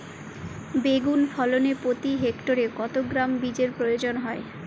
বেগুন ফলনে প্রতি হেক্টরে কত গ্রাম বীজের প্রয়োজন হয়?